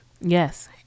yes